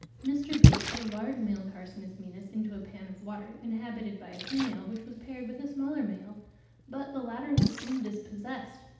mr. bate put a large male carcinus maenas into a pan of water, inhabited by a female which was paired with a smaller male but the latter was soon dispossessed.